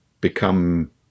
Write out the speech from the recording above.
become